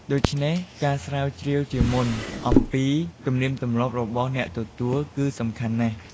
ដូច្នេះ ការស្រាវជ្រាវជាមុន អំពីទំនៀមទម្លាប់របស់អ្នកទទួលគឺសំខាន់ណាស់។